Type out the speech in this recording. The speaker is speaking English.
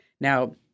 Now